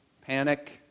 panic